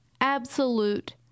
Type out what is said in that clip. Absolute